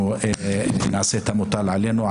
נעשה את המוטל עלינו,